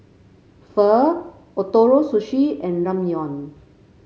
Pho Ootoro Sushi and Ramyeon